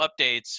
updates